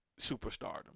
superstardom